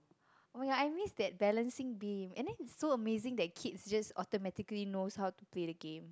oh yeah I miss that balancing beam and then it's so amazing that kids just automatically knows how to play the game